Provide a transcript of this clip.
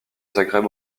zagreb